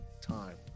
time